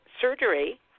surgery